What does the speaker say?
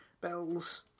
bells